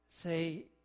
say